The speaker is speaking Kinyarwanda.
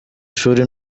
shuri